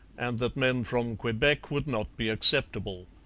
and that men from quebec would not be acceptable.